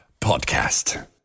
Podcast